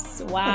wow